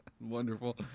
Wonderful